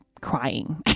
crying